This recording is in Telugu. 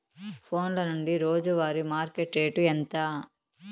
ఫోన్ల నుండి రోజు వారి మార్కెట్ రేటు ఎంత?